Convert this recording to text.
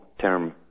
term